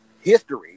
history